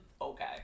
Okay